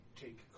take